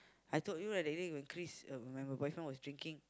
I told you right that day when Chris uh m~ my boyfriend was drinking